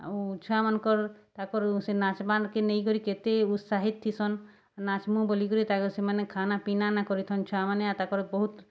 ଆଉ ଛୁଆମାନ୍ଙ୍କର୍ ତାଙ୍କର୍ ସେ ନାଚ୍ବାକେ ନେଇକରି କେତେ ଉତ୍ସାହିତ୍ ଥିସନ୍ ନାଚ୍ମୁ ବଲିକରି ତା ସେମାନେ ଖାନା ପିନା ନାଇ କରିଥନ୍ ଛୁଆମାନେ ଆଉ ତାଙ୍କର୍ ବହୁତ୍